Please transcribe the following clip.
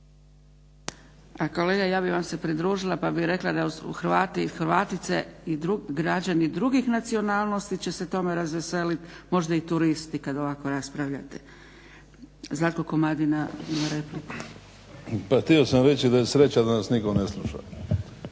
A kolega ja bih vam se pridružila pa bih se rekla da Hrvati i Hrvatice i građani drugih nacionalnosti će se tome razveseliti, možda i turisti kad ovako raspravljate. Zlatko Komadina ima repliku. **Komadina, Zlatko (SDP)** Pa htio sam reći da je sreća da nas nitko ne sluša,